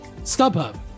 StubHub